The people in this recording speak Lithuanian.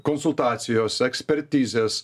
konsultacijos ekspertizės